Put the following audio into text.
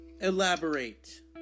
Elaborate